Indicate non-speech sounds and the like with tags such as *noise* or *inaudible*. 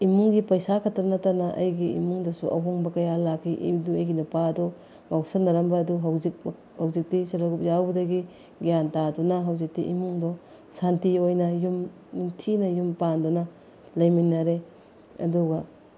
ꯏꯃꯨꯡꯒꯤ ꯄꯩꯁꯥ ꯈꯛꯇ ꯅꯠꯇꯅ ꯑꯩꯒꯤ ꯏꯃꯨꯡꯗꯁꯨ ꯑꯍꯣꯡꯕ ꯀꯌꯥ ꯂꯥꯛꯈꯤ *unintelligible* ꯑꯩꯒꯤ ꯅꯨꯄꯥꯗꯣ ꯉꯥꯎꯁꯤꯟꯅꯔꯝꯕꯗꯣ ꯍꯧꯖꯤꯛ ꯍꯧꯖꯤꯛꯇꯤ ꯁꯦ ꯂꯦ ꯒ꯭ꯔꯨꯞ ꯌꯥꯎꯕꯗꯒꯤ ꯒ꯭ꯌꯥꯟ ꯇꯥꯗꯨꯅ ꯍꯧꯖꯤꯛꯇꯤ ꯏꯃꯨꯡꯗꯣ ꯁꯥꯟꯇꯤ ꯑꯣꯏꯅ ꯌꯨꯝ ꯅꯤꯡꯊꯤꯅ ꯌꯨꯝ ꯄꯥꯟꯗꯨꯅ ꯂꯩꯃꯤꯟꯅꯔꯦ ꯑꯗꯨꯒ